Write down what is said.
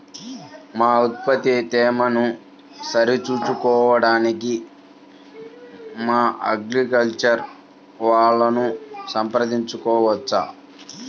మన ఉత్పత్తి తేమను సరిచూచుకొనుటకు మన అగ్రికల్చర్ వా ను సంప్రదించవచ్చా?